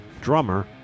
drummer